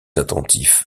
attentif